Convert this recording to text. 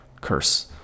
curse